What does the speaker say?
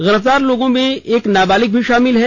गिरफ्तार लोगों में एक नाबालिग भी शामिल है